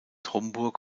homburg